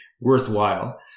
worthwhile